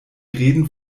reden